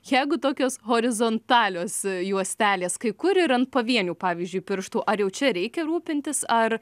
jeigu tokios horizontalios juostelės kai kur ir ant pavienių pavyzdžiui pirštų ar jau čia reikia rūpintis ar